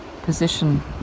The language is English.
position